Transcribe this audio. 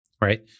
right